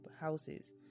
houses